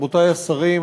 רבותי השרים,